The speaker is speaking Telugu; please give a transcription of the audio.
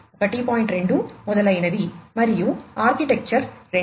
2 మొదలైనవి మరియు ఆర్కిటెక్చర్ 2 2